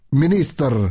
minister